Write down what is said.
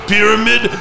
Pyramid